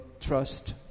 trust